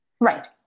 Right